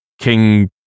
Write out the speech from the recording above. King